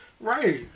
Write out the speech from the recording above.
Right